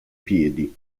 piedi